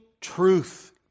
truth